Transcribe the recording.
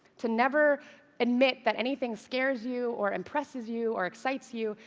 to never admit that anything scares you or impresses you or excites you.